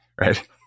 right